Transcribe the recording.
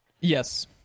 Yes